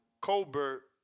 Colbert